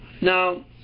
now